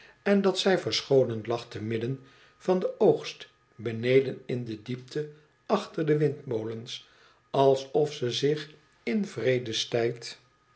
en dat zij verscholen lag te midden van den oogst beneden in de diepte achter de windmolens alsof ze zich in